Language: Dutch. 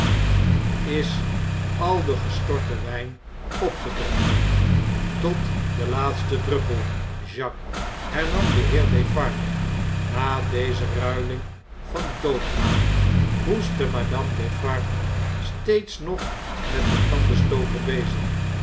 is al de gestortewijn opgedronken tot den laatsten druppel jacques hernam de heer defarge na deze ruiling van doopnaam hoestte madame defarge steeds nog met den tandenstoker bezig